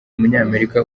umunyamerika